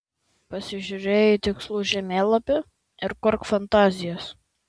pasižiūrėjai į tikslų žemėlapį ir kurk fantazijas